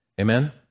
Amen